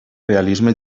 realisme